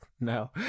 No